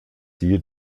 siehe